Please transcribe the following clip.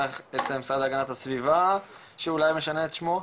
המשרד להגנת הסביבה שאולי משנה את שמו,